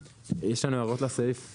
אבל יש לו את הזכות להגיד: